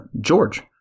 George